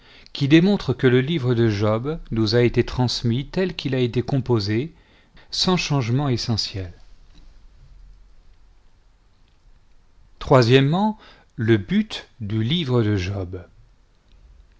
qui démontrent que le livne de job nous a été transmis tel qu'il a été composé sans changement essentiel le but du livre de job